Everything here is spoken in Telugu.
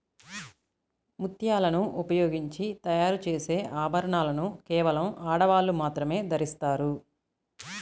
ముత్యాలను ఉపయోగించి తయారు చేసే ఆభరణాలను కేవలం ఆడవాళ్ళు మాత్రమే ధరిస్తారు